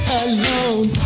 alone